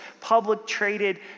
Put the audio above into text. public-traded